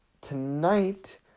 Tonight